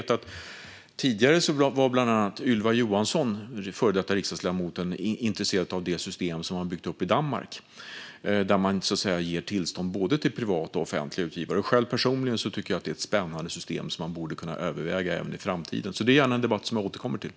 Tidigare var bland andra den före detta riksdagsledamoten Ylva Johansson intresserad av det system som man har byggt upp i Danmark, där man ger tillstånd till både privata och offentliga utförare. Personligen tycker jag att det är ett spännande system som man borde kunna överväga i framtiden. Det är en debatt som jag gärna återkommer till.